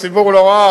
הציבור לא ראה.